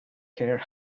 care